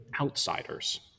outsiders